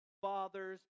Father's